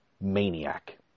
maniac